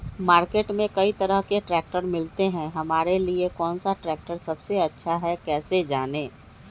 Market में कई तरह के ट्रैक्टर मिलते हैं हमारे लिए कौन सा ट्रैक्टर सबसे अच्छा है कैसे जाने?